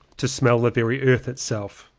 to smell the very earth itself,